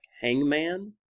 hangman